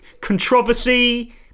Controversy